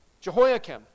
Jehoiakim